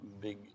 big